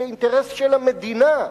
כאינטרס של המדינה,